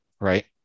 right